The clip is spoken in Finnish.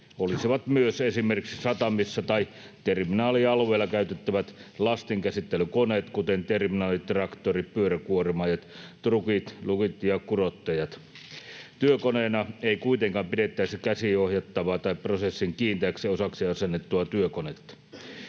olisivat myös esimerkiksi satamissa tai terminaalialueilla käytettävät lastinkäsittelykoneet, kuten terminaalitraktorit, pyöräkuormaajat, trukit, lukit ja kurottajat. Työkoneena ei kuitenkaan pidettäisi käsiohjattavaa tai prosessin kiinteäksi osaksi asennettua työkonetta.